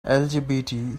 lgbt